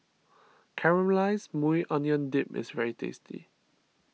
Caramelized Maui Onion Dip is very tasty